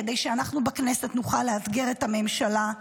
כדי שאנחנו בכנסת נוכל לאתגר את הממשלה.